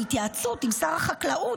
בהתייעצות עם שר החקלאות,